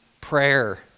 prayer